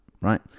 right